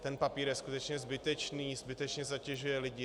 Ten papír je skutečně zbytečný, zbytečně zatěžuje lidi.